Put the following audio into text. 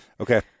okay